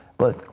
but,